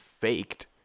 faked